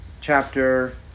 chapter